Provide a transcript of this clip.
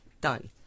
done